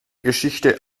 geschichte